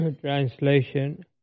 translation